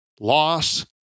Loss